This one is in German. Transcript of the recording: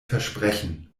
versprechen